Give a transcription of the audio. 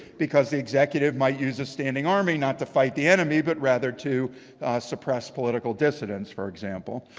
because the executive might use a standing army not to fight the enemy, but rather to suppress political dissidents, for example.